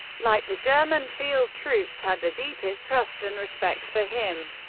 like the german field troops, had the deepest trust and respect for him.